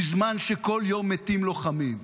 בזמן שכל יום מתים לוחמים: